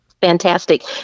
Fantastic